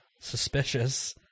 suspicious